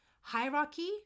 hierarchy